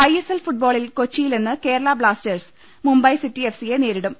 ISL ഫുട്ബോളിൽ കൊച്ചിയിൽ ഇന്ന് കേരള ബ്ലാസ്റ്റേഴ്സ് മുംബൈ സിറ്റി എഫ്സിയെ നേരിടും